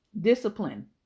Discipline